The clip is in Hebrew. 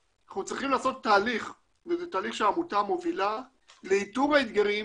אנחנו צריכים לעשות תהליך וזו תהליך שהעמותה מובילה לאיתור האתגרים